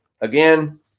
again